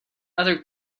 other